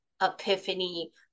epiphany